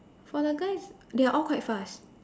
for the guys they are all quite fast